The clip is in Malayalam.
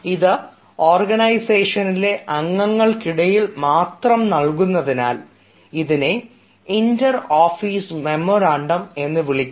ഇത് ഓർഗനൈസേഷനിലെ അംഗങ്ങൾക്കിടയിൽ മാത്രം നൽകുന്നതിനാൽ ഇതിനെ ഇന്റർ ഓഫീസ് മെമ്മോറാണ്ടം എന്ന് വിളിക്കുന്നു